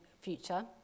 future